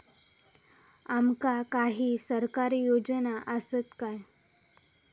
आमका काही सरकारी योजना आसत काय?